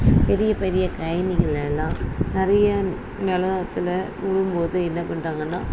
பெரிய பெரிய கழணிகளெல்லாம் நிறைய நிலத்துல உழும் போது என்ன பண்ணுறாங்கன்னா